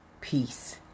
Peace